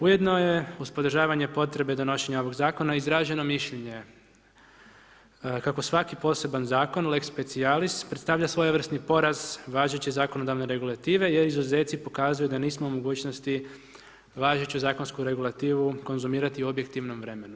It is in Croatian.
Ujedno je uz podržavanje potrebe donošenja ovog Zakona izrađeno mišljenje kako svaki posebni Zakon, Lex specialis, predstavlja svojevrsni poraz važeće zakonodavne regulative, jer izuzeci pokazuju da nismo u mogućnosti važeću zakonsku regulativu konzumirati u objektivnom vremenu.